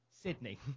Sydney